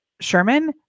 Sherman